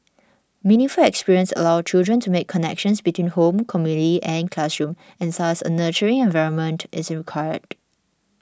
meaningful experiences allow children to make connections between home community and classroom and thus a nurturing environment is required